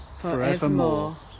forevermore